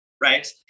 right